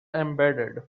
embedded